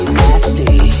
nasty